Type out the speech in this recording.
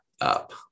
up